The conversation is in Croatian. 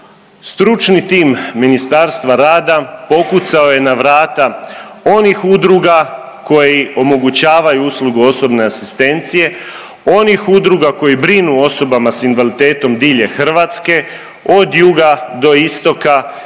Stručni tim Ministarstva rada pokucao je na vrata onih udruga koji omogućavaju uslugu osobne asistencije, onih udruga koje brinu o osobama s invaliditetom diljem Hrvatske od juga do istoka nema